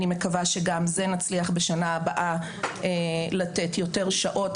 אני מקווה שגם זה נצליח בשנה הבאה לתת יותר שעות.